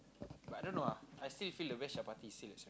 but I don't know ah I still feel the best chapati is s~